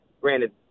granted